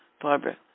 Barbara